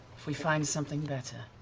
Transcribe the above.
if we find something better.